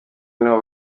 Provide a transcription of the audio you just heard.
niho